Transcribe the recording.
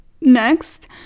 next